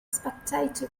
spectator